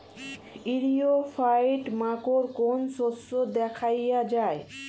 ইরিও ফাইট মাকোর কোন শস্য দেখাইয়া যায়?